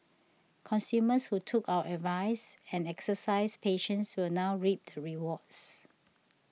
consumers who took our advice and exercised patience will now reap the rewards